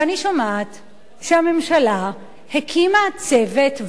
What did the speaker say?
ואני שומעת שהממשלה הקימה צוות,